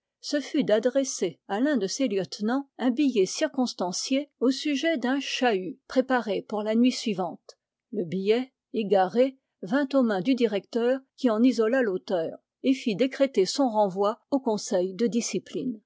ce fut d'adresser à l'un de ses lieutenants un billet circonstancié au sujet d'un chahut préparé pour la nuit suivante le billet égaré vint aux mains du directeur qui en isola l'auteur et fit décréter son renvoi au conseil de discipline